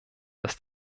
dass